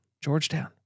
Georgetown